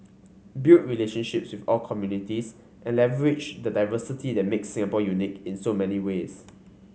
build relationships with all communities and leverage the diversity that makes Singapore unique in so many ways